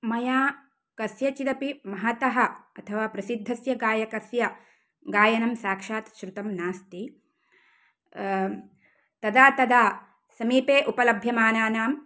मया कस्यचिदपि महतः अथवा प्रसिद्धस्य गायकस्य गायनं साक्षात् श्रुतं नास्ति तदा तदा समीपे उपलभ्यमानानां